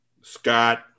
Scott